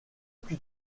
plus